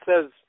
says